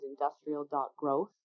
industrial.growth